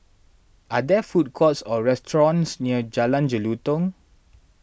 are there food courts or restaurants near Jalan Jelutong